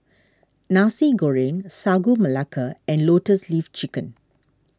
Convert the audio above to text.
Nasi Goreng Sagu Melaka and Lotus Leaf Chicken